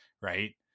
right